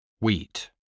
wheat